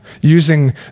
using